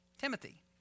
Timothy